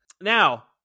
Now